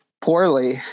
poorly